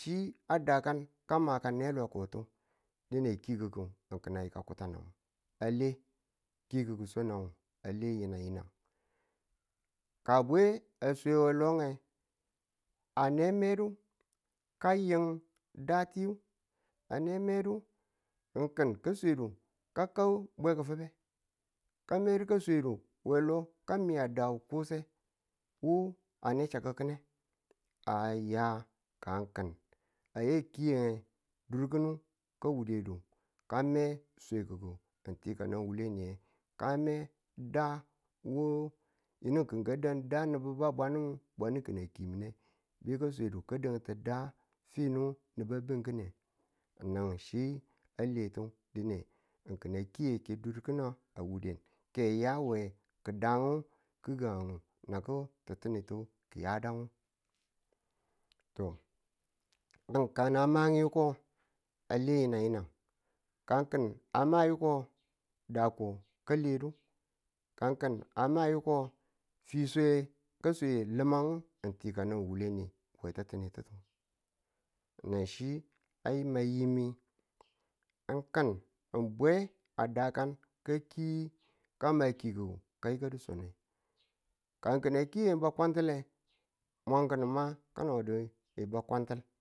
Chi a dakan ka maka ne lo ki̱n tu dine kikuku ayi kan kutang ngu a le kikuku swanang a le yi̱nang yi̱nang. ka bwe a swe a lo nge, a ne medu ka yin da tiyu a ne me du ng kɪn ka swedu ka ka bwe wu ki̱fibe ka medu ka swedu a lo ka miya da wu kuse wu a ne chakki̱ku we ya ka ng kin a ya a kiye dur kunu ka wudedu ka me sweki̱ku ng ti ka wuleni ka me dawu yinukin ka dang da nibu. bwanu kini a kimiye be ka swedu ka dan ti da finu nubu a bi̱n ki ne na chi a len tu dine kin a kiye durkinin a wude ke a yewa gi̱dan na ti̱tinitu kiyadang. ka nama yiko, a le yi̱nag yịnag. ka ki̱n a mayiko ngu dako ka ledu ka ki̱n a mayiko, fishwe ka swe limang we ti̱tinitu. ng ki̱n bwe a dakan ka ma kiku kayikadu swange. ka a kiye ba kwantile, kanodo mwan ki̱n ba kwantil.